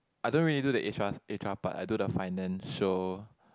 I don't really do the h_rs h_r part I do the financial